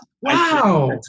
Wow